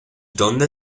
donde